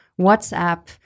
WhatsApp